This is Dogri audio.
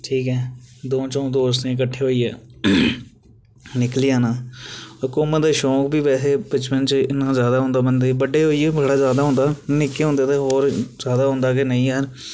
ठीक ऐ दऊं चऊं दोस्तें किट्ठे होइयै निकली जाना घुम्मने दा शौक बी बैसे बचपन च गै होंदा बड्डे होइयै बी बड़ा ज्यादा होंदा